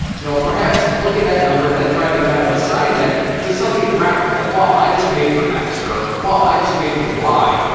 you know, perhaps look at that number and then try to kind of assign that to something practical like, well, i just paid for x, or wow, i just paid for y,